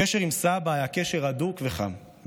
הקשר עם סבא היה קשר הדוק וחם,